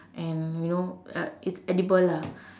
and you know uh it's edible lah